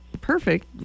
perfect